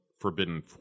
forbidden